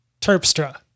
Terpstra